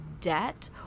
debt